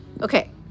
Okay